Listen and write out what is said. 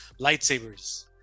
lightsabers